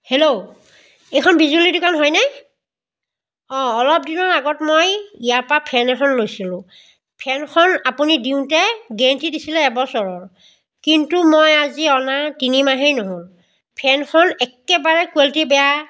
hello এইখন বিজুলী দোকান হয়নে অঁ অলপ দিনৰ আগত মই ইয়াপা ফেন এখন লৈছিলোঁ ফেনখন আপুনি দিওঁতে গেৰেণ্টি দিছিলে এবছৰৰ কিন্তু মই আজি অনা তিনিমাহেই নহ'ল ফেনখন একেবাৰে কুৱালিটি বেয়া